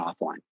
offline